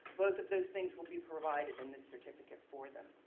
both of those things will be provided in this certificate for them.